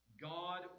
God